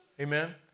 Amen